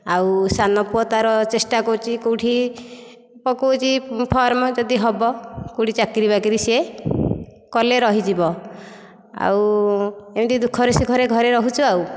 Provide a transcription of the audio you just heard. ଆଉ ସାନ ପୁଅ ତା'ର ଚେଷ୍ଟା କରୁଛି କେଉଁଠି ପକାଉଛି ଫର୍ମ ଯଦି ହେବ କେଉଁଠି ଚାକିରୀ ବାକିରି ସେ କଲେ ରହିଯିବ ଆଉ ଏମିତି ଦୁଃଖରେ ସୁଖରେ ଘରେ ରହୁଛୁ ଆଉ